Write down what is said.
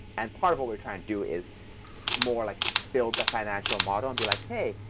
and part of what we're trying to do is more like build the financial model and be like, hey,